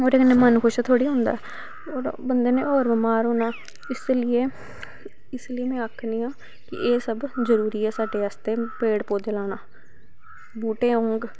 ओह्दे कन्नै मन खुश थोह्ड़ी होंदा बंदे नै होर बमार होना इस लेई में आखना आं कि एह् सब जरुरी ऐ साढ़े आस्ते एह् पेड़ पौधे लाना बूह्टे होंग